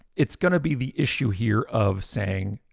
it's going to be the issue here of saying,